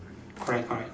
correct correct